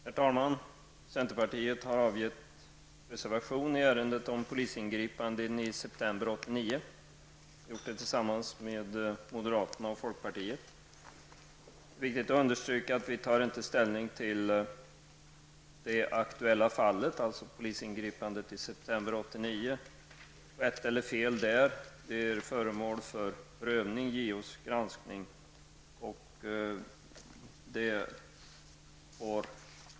Herr talman! Centerpartiet har avgett reservation i ärendet om polisingripanden i september 1989. Vi har gjort detta tillsammans med moderaterna och folkpartiet. Det är viktigt att understryka att vi inte tar ställning till det aktuella fallet, polisingripandet i september 1989. Huruvida det var rätt eller fel är föremål för prövning och JOs granskning.